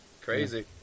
Crazy